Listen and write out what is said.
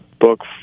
book